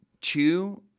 Two